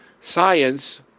Science